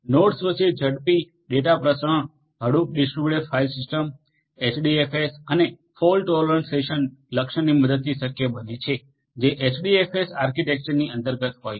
nodes વચ્ચે ઝડપી data પ્રસરણ Hadoop distributed file system HDFS અને ફોલ્ટ ટોલરન્ટ સેશન લક્ષણની મદદથી શક્ય બને છે જે એચડીએફએસ આર્કિટેક્ચરની અંતર્ગત હોય છે